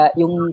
yung